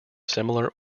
similar